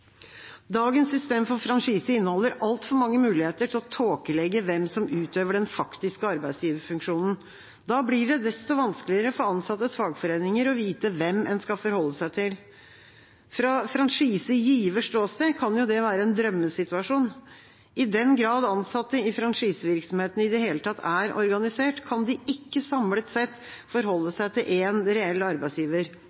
Dagens system for franchise inneholder altfor mange muligheter til å tåkelegge hvem som utøver den faktiske arbeidsgiverfunksjonen. Da blir det desto vanskeligere for ansattes fagforeninger å vite hvem en skal forholde seg til. Fra franchisegivers ståsted kan jo det være en drømmesituasjon. I den grad ansatte i franchisevirksomheten i det hele tatt er organisert, kan de ikke samlet sett